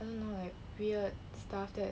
I don't know like weird stuff that